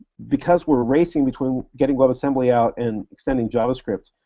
because we're racing between getting webassembly out and sending javascript,